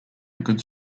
goods